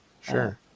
sure